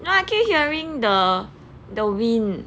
I keep hearing the the wind